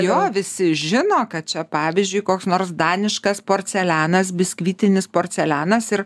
jo visi žino kad čia pavyzdžiui koks nors daniškas porcelianas biskvitinis porcelianas ir